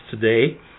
today